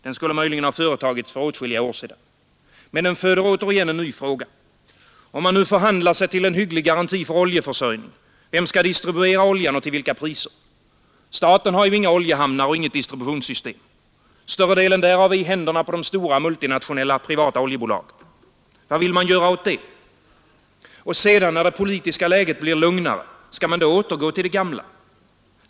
Den skulle möjligen ha företagits för många år sedan. Men den föder återigen en ny fråga. Om man nu förhandlar sig till en hygglig garanti för oljeförsörjning, vem skall distribuera oljan och till vilka priser? Staten har ju inga oljehamnar och inget distributionssystem. Större delen därav är i händerna på de stora, multinationella, privata oljebolagen. Vad vill man göra åt det? Och sedan, när det politiska läget blir lugnare skall man då återgå till det gamla?